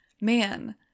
man